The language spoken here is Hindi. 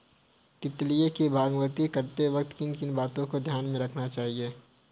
तितलियों की बागवानी करते वक्त किन किन बातों को ध्यान में रखना चाहिए?